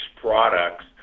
products